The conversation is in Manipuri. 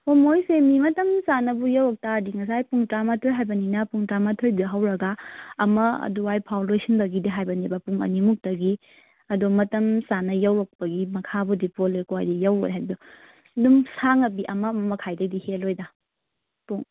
ꯍꯣꯏ ꯃꯣꯏꯒꯤꯁꯦ ꯃꯤ ꯃꯇꯝ ꯆꯥꯅꯕꯨ ꯌꯧꯔꯛꯇꯥꯔꯗꯤ ꯉꯁꯥꯏ ꯄꯨꯡ ꯇꯔꯥꯃꯥꯊꯣꯏ ꯍꯥꯏꯕꯅꯤꯅ ꯄꯨꯡ ꯇꯔꯥꯃꯥꯊꯣꯏꯗ ꯍꯧꯔꯒ ꯑꯃ ꯑꯗꯨꯋꯥꯏꯐꯥꯎ ꯂꯣꯏꯁꯤꯟꯅꯕꯗꯤ ꯍꯥꯏꯕꯅꯦꯕ ꯄꯨꯡ ꯑꯅꯤꯃꯨꯛꯇꯒꯤ ꯑꯗꯣ ꯃꯇꯝ ꯆꯥꯅ ꯌꯧꯔꯛꯄꯒꯤ ꯃꯈꯥꯕꯨꯗꯤ ꯄꯣꯜꯂꯦꯀꯣ ꯍꯥꯏꯗꯤ ꯌꯧꯔꯣꯏ ꯍꯥꯏꯕꯗꯣ ꯑꯗꯨꯝ ꯁꯥꯡꯉꯕꯗ ꯑꯃ ꯃꯈꯥꯏꯗꯒꯤꯗꯤ ꯍꯦꯜꯂꯣꯏꯗ ꯄꯨꯡ